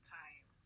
time